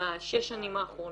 בשש שנים האחרונות.